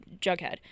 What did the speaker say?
Jughead